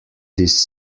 this